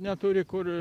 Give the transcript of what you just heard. neturi kur